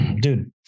dude